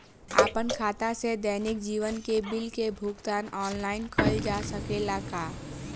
आपन खाता से दैनिक जीवन के बिल के भुगतान आनलाइन कइल जा सकेला का?